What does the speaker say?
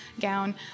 gown